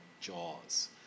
jaws